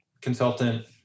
consultant